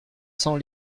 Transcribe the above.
cents